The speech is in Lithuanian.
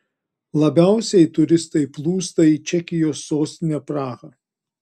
labiausiai turistai plūsta į čekijos sostinę prahą